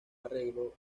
arreglo